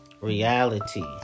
reality